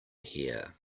here